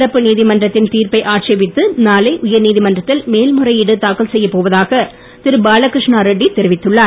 சிறப்பு நீதிமன்றத்தின் தீர்ப்பை ஆட்சேபித்து நாளை உயர்நீதிமன்றத்தில் மேல் முறையீடு தாக்கல் செய்யப் போவதாக திரு பாலகிருஷ்ணா ரெட்டி தெரிவித்துள்ளார்